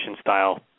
style